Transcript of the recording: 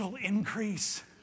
increase